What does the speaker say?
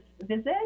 visit